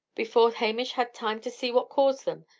before hamish had time to see what caused them,